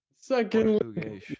Second